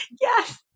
Yes